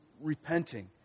repenting